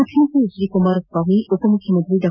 ಮುಖ್ಯಮಂತ್ರಿ H D Kumaraswamy ಉಪಮುಖ್ಯಮಂತ್ರಿ ಡಾ